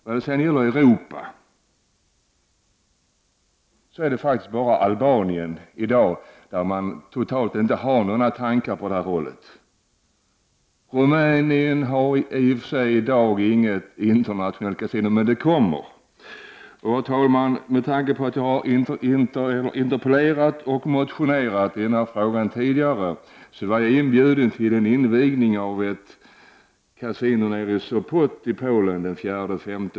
När det gäller Europa är det faktiskt bara i Albanien som man i dag inte har några tankar i den här riktningen. Rumänien har ju i och för sig inget internationellt kasino, men det kommer. Med tanke på att jag har interpellerat och motionerat i denna fråga tidigare, var jag inbjuden till en invigning av ett kasino nere i Sopot i Polen den 4—5.